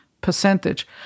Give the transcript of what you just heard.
percentage